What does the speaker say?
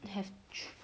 have